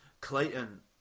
Clayton